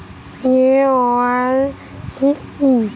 KYC কি?